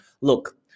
Look